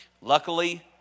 Luckily